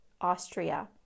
Austria